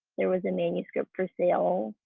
there was a manuscript for sale,